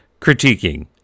Critiquing